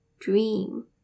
Dream